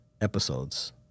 episodes